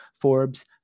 Forbes